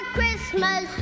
Christmas